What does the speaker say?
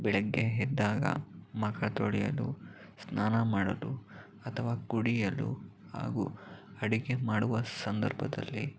ಬೆಳಗ್ಗೆ ಎದ್ದಾಗ ಮುಖ ತೊಳೆಯಲು ಸ್ನಾನ ಮಾಡಲು ಅಥವಾ ಕುಡಿಯಲು ಹಾಗು ಅಡುಗೆ ಮಾಡುವ ಸಂದರ್ಭದಲ್ಲಿ